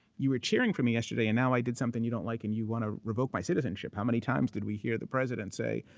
you were cheering for me yesterday. and now, i did something you don't like, and you want to revoke my citizenship. how many times did we hear the president say,